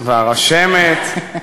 והרשמת.